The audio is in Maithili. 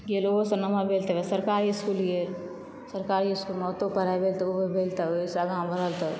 गेल ओहोसऽ नमहर भेल तऽ वएह सरकारी इस्कूल गेल सरकारी इस्कूलमे ओतौ पढ़ाइ भेल तऽ ओहो भेल तऽ ओइसऽ आगाँ बढ़ल तऽ